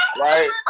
Right